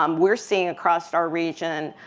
um we're seeing, across our region,